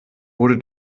wurde